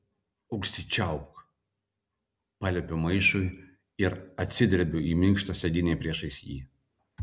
užsičiaupk paliepiu maišui ir atsidrebiu į minkštą sėdynę priešais jį